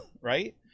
Right